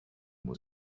was